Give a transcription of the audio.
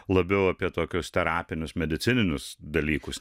labiau apie tokius terapinius medicininius dalykus